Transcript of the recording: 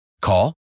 Call